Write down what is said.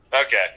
Okay